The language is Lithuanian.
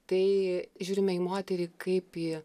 tai žiūrime į moterį kaip į